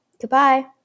goodbye